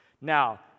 Now